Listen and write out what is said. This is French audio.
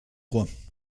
trois